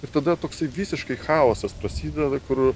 ir tada toksai visiškai chaosas prasideda kur